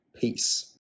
Peace